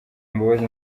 mbabazi